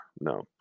No